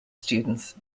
students